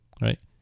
right